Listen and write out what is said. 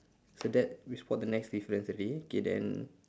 so that we spot the next difference already okay then